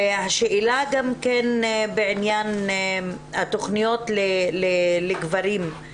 השאלה גם בעניין התוכניות לגברים.